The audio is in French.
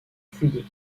fouillé